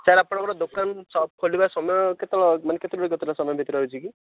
sir ଆପଣଙ୍କର ଦୋକାନ shop ଖୋଲିବା ସମୟ କେତେବେଳେ ମାନେ କେତେଟାରୁ କେତେଟା ସମୟ ଭିତରେ ରହିଛି କି